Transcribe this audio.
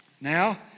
Now